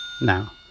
Now